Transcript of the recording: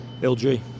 LG